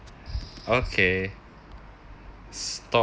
okay stop